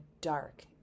dark